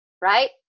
right